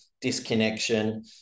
disconnection